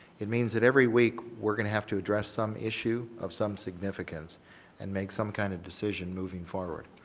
it means that every week, we're going to have to address some issue of some significance and make some kind of decision moving forward.